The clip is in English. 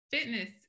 fitness